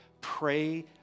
Pray